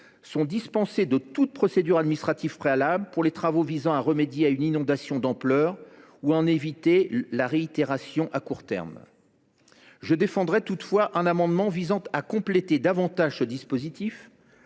sont dispensées de toute procédure administrative préalable pour les travaux visant à remédier à une inondation d’ampleur ou à en éviter la réitération à court terme. Je défendrai toutefois un amendement tendant à compléter ce dispositif,